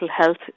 health